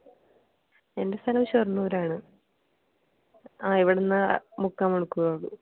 എൻ്റെ സ്ഥലം ഷൊർണൂരാണ് ആ ഇവിടെന്ന് മുക്കാൽ മണിക്കൂറുള്ളു